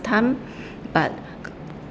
time but